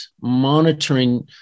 monitoring